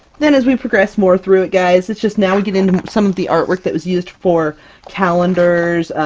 then as we progress more through it guys, it's just now we get into some of the artwork that was used for calendars.